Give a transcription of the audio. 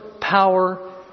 power